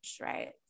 right